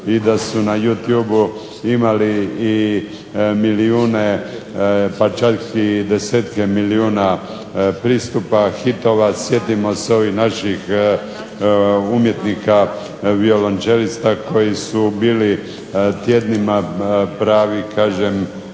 i da su na Youtubeu imali milijune, pa čak i desetke milijuna pristupa hitova. Sjetimo se ovih naših umjetnika violončelista koji su bili tjednima pravi kažem